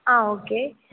ஆ okay